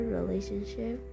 relationship